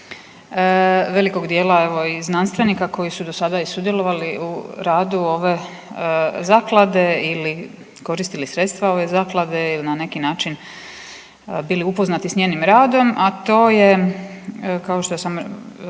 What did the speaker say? velikog dijela evo i znanstvenika koji su do sada i sudjelovali u radu ove zaklade ili koristili sredstva ove zaklade i na neki način bili upoznati s njenim radom, a to je kao što sam